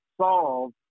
solve